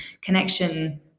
connection